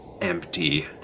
empty